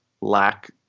lack